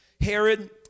Herod